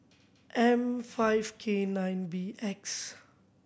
M five K nine B X